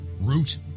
Root